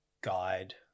guide